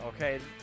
okay